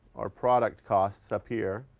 our product cost is up here.